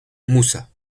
musa